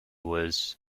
was